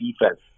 defense